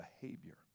behavior